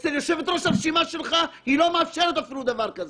יושבת ראש הרשימה שלך אפילו לא מאפשרת דבר כזה.